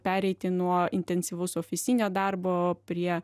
pereiti nuo intensyvaus ofisinio darbo prie